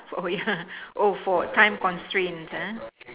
sorry ah for time constraints ah